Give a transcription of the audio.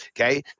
Okay